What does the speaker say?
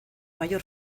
mayor